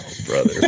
Brother